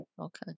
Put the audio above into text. Okay